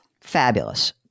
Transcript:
Fabulous